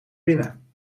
binnen